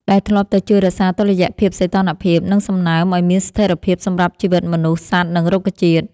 ដែលធ្លាប់តែជួយរក្សាតុល្យភាពសីតុណ្ហភាព និងសំណើមឱ្យមានស្ថិរភាពសម្រាប់ជីវិតមនុស្ស សត្វ និងរុក្ខជាតិ។